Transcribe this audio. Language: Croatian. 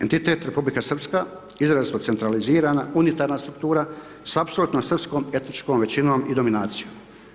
Entitet Republika Srpska, izrazito centralizirana, unitarna struktura sa apsolutno srpskom etničkom većinom i dominacijom.